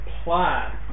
apply